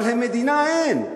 אבל למדינה אין.